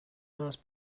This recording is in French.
mince